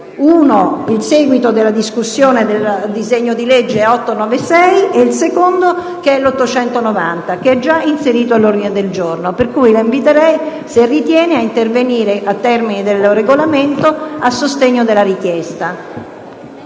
punti: il seguito della discussione del disegno di legge n. 896 e l'esame del disegno di legge n. 890, che è già inserito all'ordine del giorno. Per cui la inviterei, se ritiene, ad intervenire, a termini di Regolamento, a sostegno della richiesta.